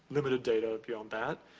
limited data beyond that.